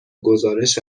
گزارش